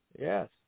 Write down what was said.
Yes